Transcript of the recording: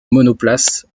monoplace